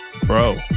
Bro